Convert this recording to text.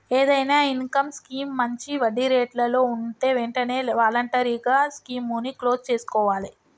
ఏదైనా income scheme మంచి వడ్డీరేట్లలో వుంటే వెంటనే వాలంటరీగా స్కీముని క్లోజ్ చేసుకోవాలే